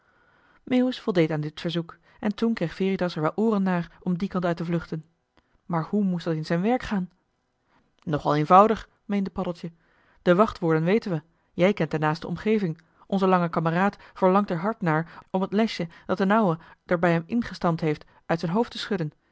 meeuwis voldeed aan dit verzoek en toen kreeg veritas er wel ooren naar om dien kant uit te vluchten maar hoe moest dat in zijn werk gaan nog al eenvoudig meende paddeltje de wachtwoorden weten wij jij kent de naaste omgeving onze lange kameraad verlangt er hard naar om het lesje dat d'n ouwe d'r bij hem ingestampt heeft uit z'n hoofd te schudden